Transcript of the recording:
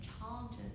challenges